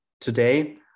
today